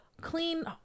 clean